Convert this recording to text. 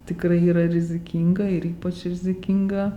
tikrai yra rizikinga ir ypač rizikinga